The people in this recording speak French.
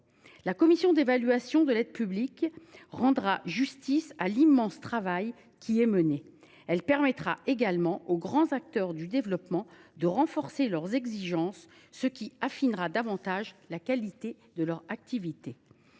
La commission d’évaluation de l’aide publique au développement rendra justice à l’immense travail qui est mené. Elle permettra également aux grands acteurs du développement de renforcer leurs exigences, ce qui affinera davantage la qualité de leur activité.